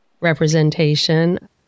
representation